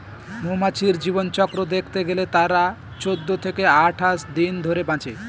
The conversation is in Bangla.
মৌমাছির জীবনচক্র দেখতে গেলে তারা চৌদ্দ থেকে আঠাশ দিন ধরে বাঁচে